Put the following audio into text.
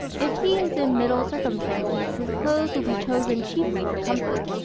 if he is in middle circumstances his clothes will be chosen chiefly for comfort.